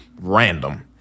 random